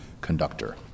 conductor